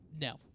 No